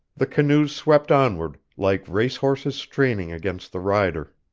the canoes swept onward, like race-horses straining against the rider.